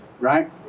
right